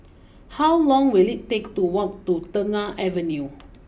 how long will it take to walk to Tengah Avenue